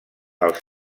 els